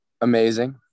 amazing